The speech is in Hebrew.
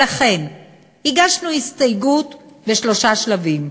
לכן הגשנו הסתייגות, בשלושה שלבים.